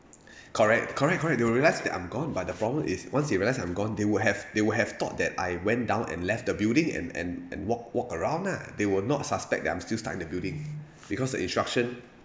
correct correct correct they will realise that I'm gone but the problem is once they realised I'm gone they would have they would have thought that I went down and left the building and and and walk walk around ah they will not suspect that I'm still stuck in the building because the instruction